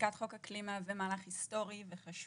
חקיקת חוק אקלים מהווה מהלך היסטורי וחשוב.